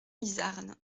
izarn